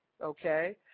okay